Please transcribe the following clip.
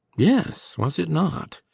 yes, was it not?